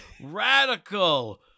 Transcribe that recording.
radical